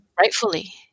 rightfully